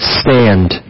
stand